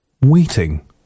waiting